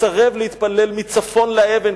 מסרב להתפלל מצפון לאבן,